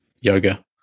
yoga